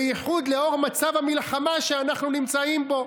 בייחוד לאור מצב המלחמה שאנחנו נמצאים בו,